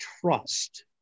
trust